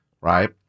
right